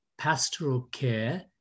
pastoralcare